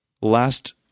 Last